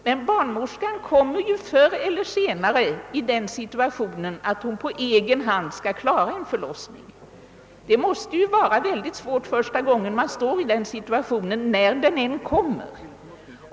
Men barnmorskan kommer förr eller senare i den situationen, att hon på egen hand skall klara en förlossning. Det måste vara väldigt svårt första gången man befinner sig i den situationen, när den än kommer.